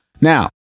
Now